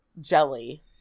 jelly